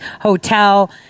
hotel